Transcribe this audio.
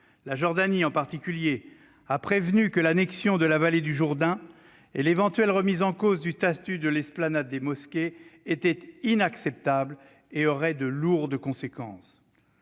La Jordanie, en particulier, a prévenu que l'annexion de la vallée du Jourdain et l'éventuelle remise en cause du statut de l'esplanade des mosquées étaient inacceptables et auraient de lourdes conséquences.